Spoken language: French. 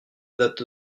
date